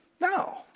No